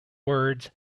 words